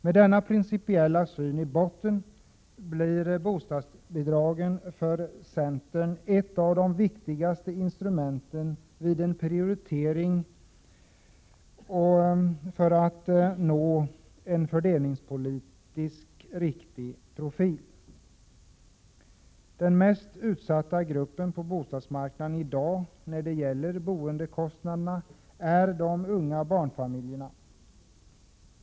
Med denna principiella syn i botten blir bostadsbidragen för centern ett av de viktigaste instrumenten vid en prioritering för att nå en fördelningspolitiskt riktig profil. Den mest utsatta gruppen på bostadsmarknaden i dag när det gäller boendekostnaderna är de unga barnfamiljerna.